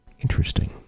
interesting